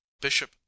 bishop